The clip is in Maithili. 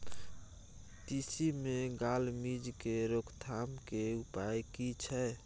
तिसी मे गाल मिज़ के रोकथाम के उपाय की छै?